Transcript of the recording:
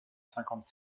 cinquante